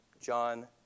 John